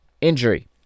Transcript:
injury